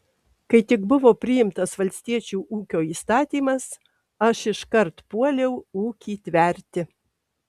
kai tik buvo priimtas valstiečių ūkio įstatymas aš iškart puoliau ūkį tverti